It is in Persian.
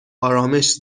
ارامش